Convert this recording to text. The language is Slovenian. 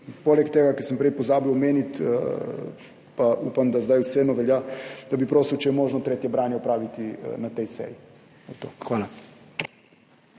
poleg tega, ker sem prej pozabil omeniti, pa upam, da zdaj vseeno velja, da bi prosil, če je možno tretje branje opraviti na tej seji. To